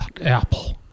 Apple